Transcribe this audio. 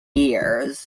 years